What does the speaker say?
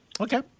Okay